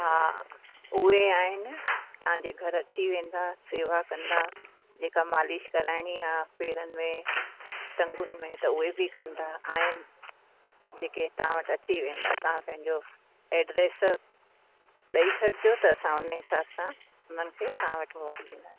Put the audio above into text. हा उहे आहिनि तव्हांजे घरु अची वेंदा सेवा कंदा जेका मालिश कराइणी आहे पेरनि में टंगुनि में त उहे बि कंदा आहिनि जेके तव्हां वटि अची वेंदा तव्हां पंहिंजो एड्रस ॾेई छॾिजो त असां उन हिसाब आं उन्हनि खे तव्हां वटि मोकिलींदासि